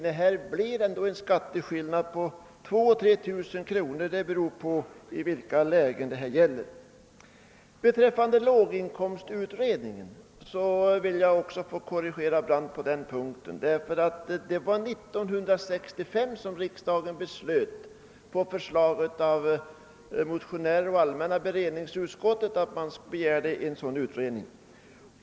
Det rör sig om skatteskillnader på mellan 2 000 och 3 000 kronor beroende på i vilka lägen inkomsterna ligger. Jag vill korrigera herr Brandt även när det gäller låginkomstutredningen. Det var 1965 som riksdagen på förslag av motionärer och allmänna berednings utskottet beslöt att begära denna utredning.